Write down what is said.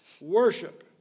Worship